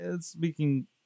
speaking